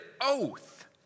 oath